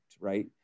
right